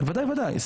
ודאי, ודאי.